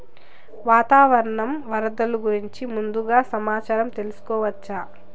వాతావరణం వరదలు గురించి ముందుగా సమాచారం తెలుసుకోవచ్చా?